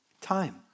time